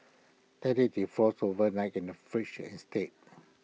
let IT defrost overnight in the fridge instead